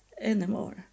anymore